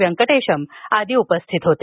व्यंकटेशम आदी उपस्थित होते